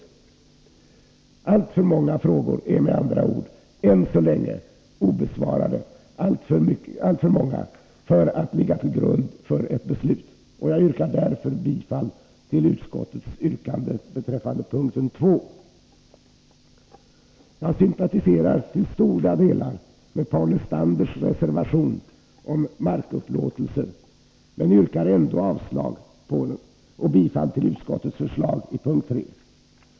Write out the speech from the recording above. Med andra ord: Alltför många frågor är än så länge obesvarade för att ligga till grund för ett beslut. Jag yrkar därför bifall till utskottets yrkande beträffande p. 2. Jag sympatiserar till stora delar med Paul Lestanders reservation om markupplåtelser men yrkar ändå avslag på den och bifall till utskottets förslag i p. 3.